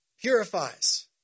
purifies